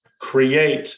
create